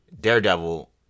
daredevil